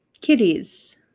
Kitties